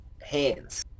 hands